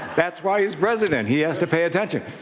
that's why he's president. he has to pay attention.